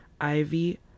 Ivy